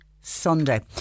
Sunday